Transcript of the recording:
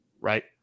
Right